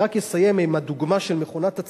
אני רק אסיים עם הדוגמה של מכונת הצילום.